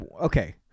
Okay